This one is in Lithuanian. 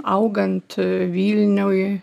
augant vilniui